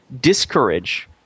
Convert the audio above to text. discourage